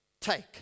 Take